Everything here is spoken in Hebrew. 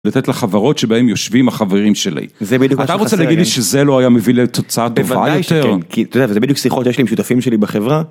לתת לחברות שבהן יושבים החברים שלי זה בדיוק אתה רוצה להגיד שזה לא היה מביא לתוצאה טובה יותר כי זה בדיוק שיחות יש לי עם שותפים שלי בחברה.